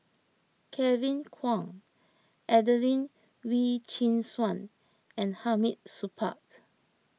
Kevin Kwan Adelene Wee Chin Suan and Hamid Supaat